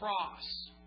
cross